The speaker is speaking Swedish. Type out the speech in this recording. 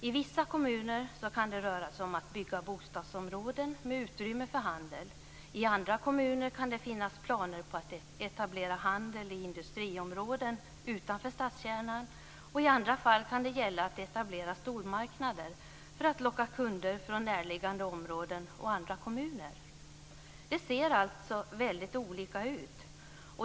I vissa kommuner kan det röra sig om att bygga bostadsområden med utrymme för handel, i andra kommuner kan det finnas planer på att etablera handel i industriområden utanför stadskärnan och i andra fall kan det gälla att etablera stormarknader för att locka kunder från närliggande områden och andra kommuner. Det ser alltså väldigt olika ut.